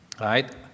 right